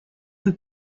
who